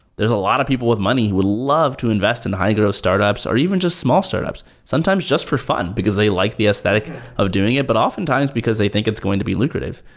there's a lot of people with money would love to invest in high-grow startups or even just small startups sometimes just for fun, because they like the aesthetic of doing it, but often times because they think it's going to be lucrative.